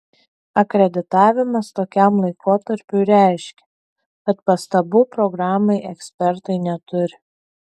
akreditavimas tokiam laikotarpiui reiškia kad pastabų programai ekspertai neturi